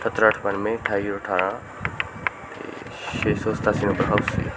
ਅਠੱਤਰ ਅੱਠ ਬਾਨਵੇਂ ਅਠਾਈ ਜ਼ੀਰੋ ਅਠਾਰ੍ਹਾਂ ਅਤੇ ਛੇ ਸੌ ਸਤਾਸੀ ਨੰਬਰ ਹਾਊਸ ਜੀ